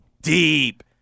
deep